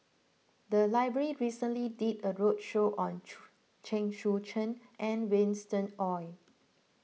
the library recently did a roadshow on Chen Sucheng and Winston Oh